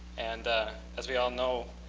and as we all know,